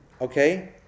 okay